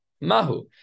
Mahu